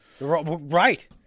Right